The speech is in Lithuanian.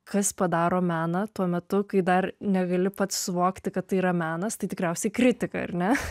kas padaro meną tuo metu kai dar negali pats suvokti kad tai yra menas tai tikriausiai kritika ar ne